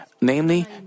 Namely